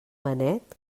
benet